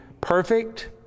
perfect